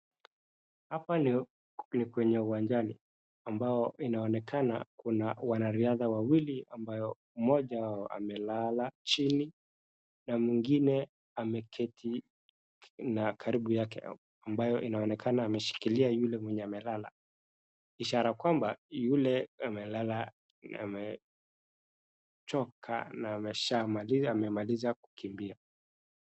Hapa ni kwenye uwanjani ambao inaonekana kuna wanariadha wawili ambayo mmoja wao amelala chini na mwingine ameketi karibu yake ambayo inaonekana ameshikilia yule mwenye amelala ishara kwamba yule amelala amechoka na ameshamaliza amemaliza kukimbia.